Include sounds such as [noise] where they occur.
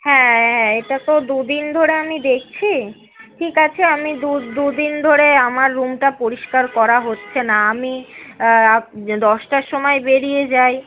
হ্যাঁ হ্যাঁ এটা তো দুদিন ধরে আমি দেখছি ঠিক আছে আমি দুদিন ধরে আমার রুমটা পরিষ্কার করা হচ্ছে না আমি [unintelligible] দশটার সময় বেরিয়ে যাই